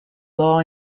law